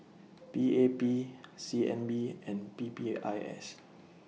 P A P C N B and P P I S